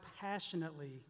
passionately